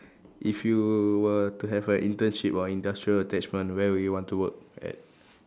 if you were to have a internship or industrial attachment where would you want to work at